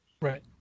Right